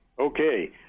Okay